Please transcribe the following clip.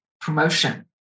promotion